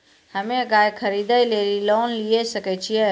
हम्मे गाय खरीदे लेली लोन लिये सकय छियै?